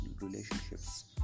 relationships